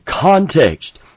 context